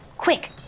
Quick